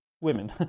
women